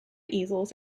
easels